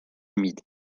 humide